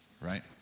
Right